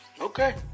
Okay